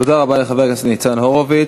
תודה רבה לחבר הכנסת ניצן הורוביץ.